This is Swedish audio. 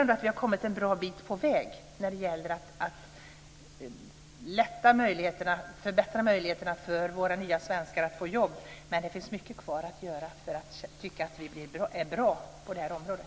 Vi har ändå kommit en bra bit på väg när det gäller att förbättra möjligheterna för våra nya svenskar att få jobb. Men det finns mycket kvar att göra innan vi kan tycka att vi är bra på det här området.